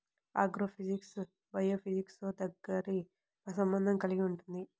agrophysics బయోఫిజిక్స్తో దగ్గరి సంబంధం కలిగి ఉంటుంది